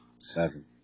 Seven